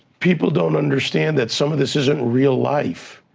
people don't understand that some of this isn't real life.